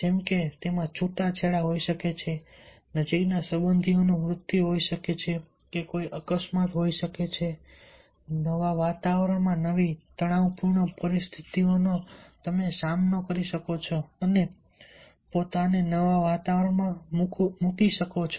જેમ કે તેમાં છૂટાછેડા હોઈ શકે છે નજીકના સંબંધીઓનું મૃત્યુ હોઈ શકે છે અકસ્માત હોઈ શકે છે નવા વાતાવરણમાં નવી તણાવપૂર્ણ પરિસ્થિતિઓનો સામનો કરી શકે છે અને પોતાને નવા વાતાવરણમાં મૂકે છે